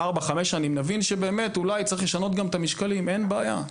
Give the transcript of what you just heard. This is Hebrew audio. ארבע וחמש שנים אולי נבין שצריך לשנות גם את המשקלים אין בעיה,